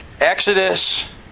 Exodus